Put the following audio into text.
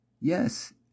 yes